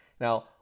Now